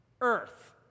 Earth